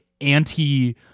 anti-